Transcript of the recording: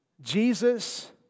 Jesus